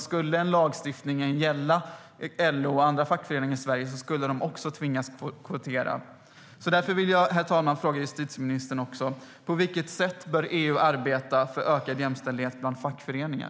Skulle lagstiftningen gälla LO och andra fackföreningar skulle alltså även de tvingas kvotera. Jag vill därför fråga justitieministern på vilket sätt EU bör arbeta för ökad jämställdhet bland fackföreningar.